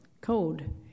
code